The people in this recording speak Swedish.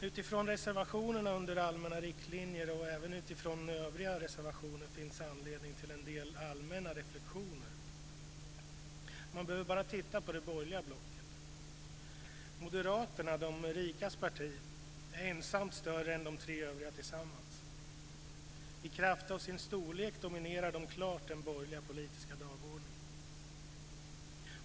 Utifrån reservationer om allmänna riktlinjer och även utifrån övriga reservationer finns anledning till en del allmänna reflexioner. Man behöver vara titta på det borgerliga blocket. Moderaterna, de rikas parti, är ensamt större än de tre övriga tillsammans. I kraft av sin storlek dominerar det klart den borgerliga politiska dagordningen.